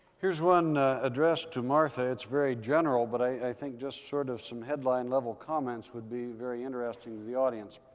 here's one addressed to martha. it's very general, but i think just sort of some headline level comments would be very interesting to the audience.